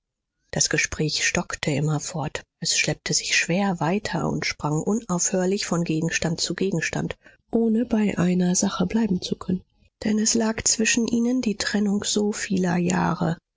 das gespräch stockte immerfort es schleppte sich schwer weiter und sprang unaufhörlich von gegenstand zu gegenstand ohne bei einer sache bleiben zu können denn es lag zwischen ihnen die trennung so vieler jahre